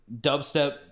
dubstep